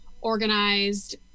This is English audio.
organized